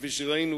כפי שראינו,